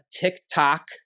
TikTok